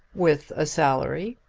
with a salary?